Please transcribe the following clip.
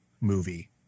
movie